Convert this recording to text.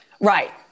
Right